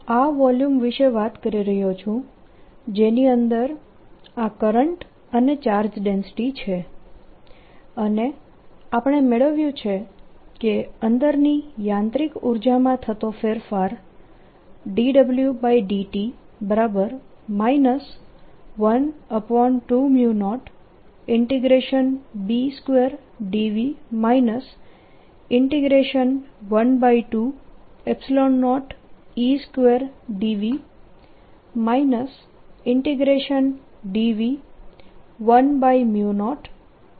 તેથી ફરીથી હું આ વોલ્યુમ વિશે વાત કરી રહ્યો છું જેની અંદર આ કરંટ અને ચાર્જ ડેન્સિટી છે અને આપણે મેળવ્યું છે કે અંદરની યાંત્રિક ઉર્જામાં થતો ફેરફાર dWdt 120B2dV 120E2dV dV 10